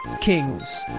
kings